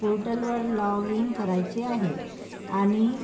पोर्टलवर log in करायचे आहे आणि